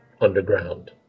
underground